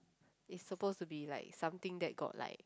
it's supposed to be like something that got like